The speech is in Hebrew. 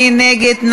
מי נגד?